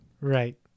Right